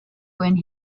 and